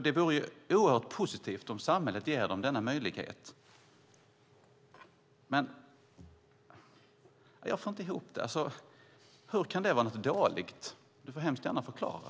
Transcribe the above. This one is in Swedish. Det är ju oerhört positivt om samhället ger dem denna möjlighet. Men jag får inte ihop det. Hur kan det vara något dåligt? Du får hemskt gärna förklara.